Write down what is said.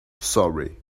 sorry